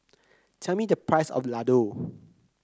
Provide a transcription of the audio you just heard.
tell me the price of Ladoo